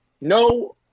no